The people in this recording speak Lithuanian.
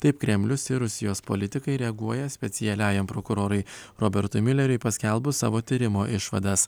taip kremlius ir rusijos politikai reaguoja specialiajam prokurorui robertui miuleriui paskelbus savo tyrimo išvadas